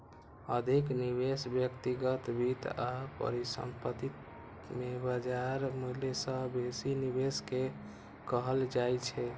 अधिक निवेश व्यक्तिगत वित्त आ परिसंपत्ति मे बाजार मूल्य सं बेसी निवेश कें कहल जाइ छै